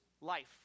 life